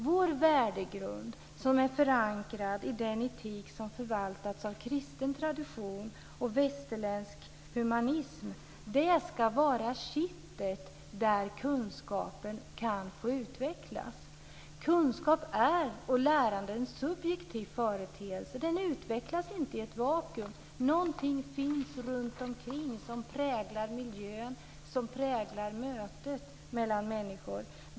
Vår värdegrund är förankrad i den etik som förvaltats av kristen tradition och västerländsk humanism. Den ska vara kittet som låter kunskapen utvecklas. Lärande är en subjektiv företeelse. Det utvecklas inte i ett vakuum. Någonting finns runtomkring som präglar miljön och mötet mellan människor.